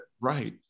right